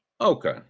Okay